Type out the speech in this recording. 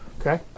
Okay